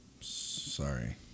Sorry